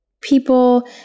people